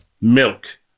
milk